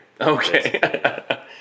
Okay